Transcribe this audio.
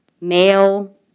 male